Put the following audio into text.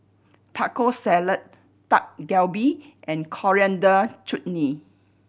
Taco Salad Dak Galbi and Coriander Chutney